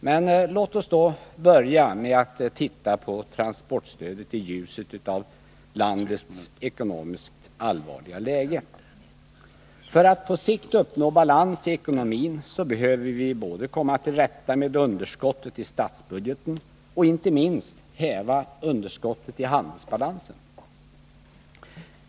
Men låt oss då börja med att se på transportstödet i ljuset av landets ekonomiskt allvarliga läge. För att på sikt uppnå balans i ekonomin behöver vi både komma till rätta med underskottet i statsbudgeten och inte minst häva underskottet i handelsbalansen.